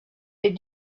est